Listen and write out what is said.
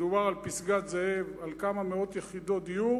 מדובר על פסגת-זאב, על כמה מאות יחידות דיור,